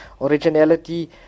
originality